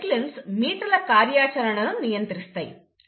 ఈ సైక్లిన్స్ మీటల కార్యాచరణను నియంత్రిస్తాయి